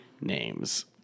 names